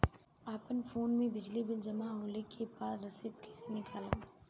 अपना फोन मे बिजली बिल जमा होला के बाद रसीद कैसे निकालम?